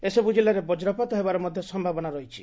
ଏସବୁ ଜିଲ୍ଲାରେ ବଜ୍ରପାତ ହେବାର ମଧ ସମ୍ଭାବନା ରହିଛି